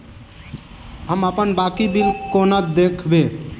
हम अप्पन बाकी बिल कोना देखबै?